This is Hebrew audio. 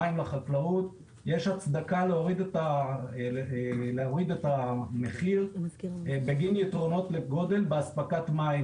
מים לחקלאות יש הצדקה להוריד את המחיר בגין יתרונות לגודל לאספקת מים,